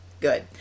good